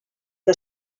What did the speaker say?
que